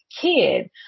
kid